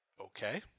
Okay